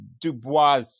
Dubois